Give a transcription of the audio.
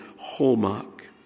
hallmark